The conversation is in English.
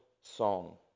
song